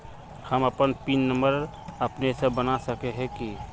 हम अपन pin number अपने से बना सके है की?